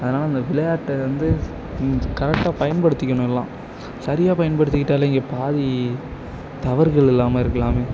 அதனால் அந்த விளையாட்டை வந்து கொஞ்சம் கரெக்டாக பயன்படுத்திக்கணும் எல்லாம் சரியாக பயன்படுத்திக்கிட்டாலே இங்கே பாதி தவறுகள் இல்லாமல் இருக்கலாமே